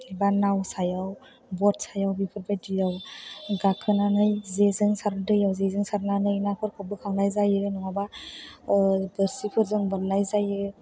एबा नाव सायाव बट सायाव बेफोरबायदियाव गाखोनानै जेजों सार दैयाव जेजों सारनानै नाफोरखौ बोखांनाय जायो नङाब्ला बोरसिफोरजों बोननाय जायो